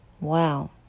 Wow